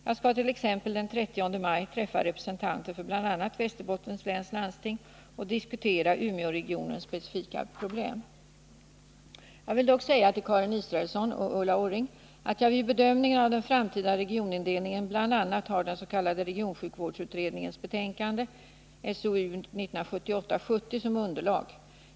Jag skall t.ex. den 30 maj träffa representanter för bl.a. Västerbottens läns landsting och diskutera Umeåregionens specifika problem. Jag vill dock säga till Karin Israelsson och Ulla Orring att jag vid bedömningen av den framtida regionindelningen bl.a. har den s.k. regionsjukvårdsutredningens betänkande som underlag.